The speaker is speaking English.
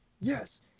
yes